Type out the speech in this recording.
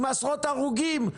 עם עשרות הרוגים?